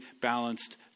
balanced